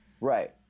Right